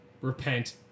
repent